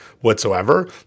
whatsoever